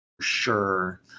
sure